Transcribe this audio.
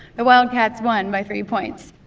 the wildcats won by three points.